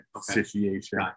situation